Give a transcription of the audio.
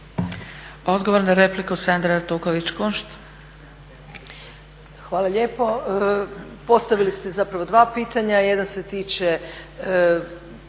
Odgovor na repliku, Sandra Artuković Kunšt.